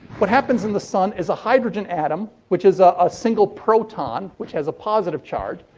what happens in the sun is a hydrogen atom, which is ah a single proton, which has a positive charge,